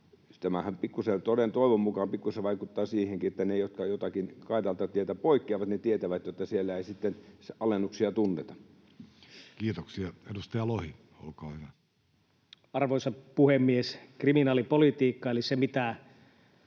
Tämähän toivon mukaan pikkusen vaikuttaa niinkin, että ne, jotka jotenkin kaidalta tieltä poikkeavat, tietävät, että siellä ei sitten alennuksia tunneta. Kiitoksia. — Edustaja Lohi, olkaa hyvä. Arvoisa puhemies! Kriminaalipolitiikkaa on esimerkiksi